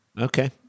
Okay